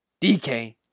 DK